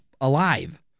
alive